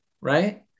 right